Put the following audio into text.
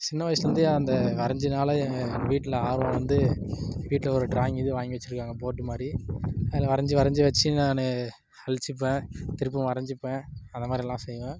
சின்ன வயசுலந்தே அந்த வரஞ்சனால என் வீட்டில் ஆர்வம் வந்து வீட்டில் ஒரு டிராயிங் இது வாங்கி வச்சியிருக்காங்க போர்டு மாதிரி அதில் வரஞ்சு வரஞ்சு வச்சு நான் அழிச்சிப்பேன் திருப்பவும் வரஞ்சுப்பன் அதை மாதிரில்லான் செய்வேன்